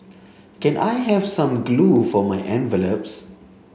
can I have some glue for my envelopes